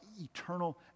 eternal